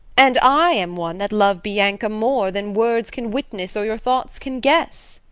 and i am one that love bianca more than words can witness or your thoughts can guess.